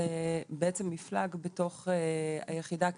זה בעצם מפלג בתוך היחידה הכלכלית,